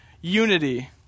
unity